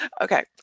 Okay